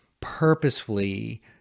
purposefully